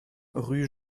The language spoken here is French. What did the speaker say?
rue